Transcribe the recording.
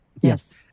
yes